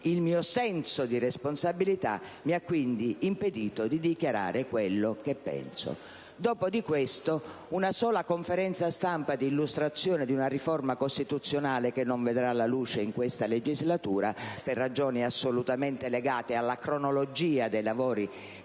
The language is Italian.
Il mio senso di responsabilità mi ha quindi impedito di dichiarare quello che penso». Dopodiché, vi è stata una sola conferenza stampa di illustrazione della riforma costituzionale, che non vedrà la luce in questa legislatura, per ragioni assolutamente legate alla cronologia dei lavori